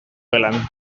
gelan